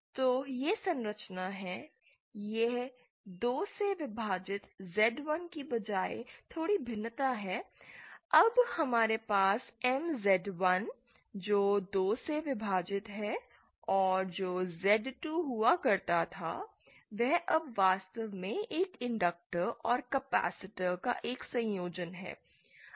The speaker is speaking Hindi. तो यह संरचना है यह 2 से विभाजित Z1 के बजाय थोड़ी भिन्नता है अब हमारे पास MZ1 जो 2 से विभाजित है और जो Z2 हुआ करता था वह अब वास्तव में एक इंडक्टर और कैपेसिटर का एक संयोजन है